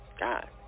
god